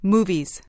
Movies